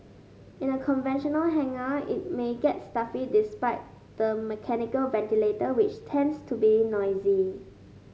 in a conventional hangar it may get stuffy despite the mechanical ventilator which tends to be noisy